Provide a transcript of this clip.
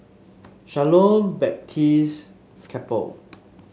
Shalom Baptist Chapel